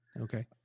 Okay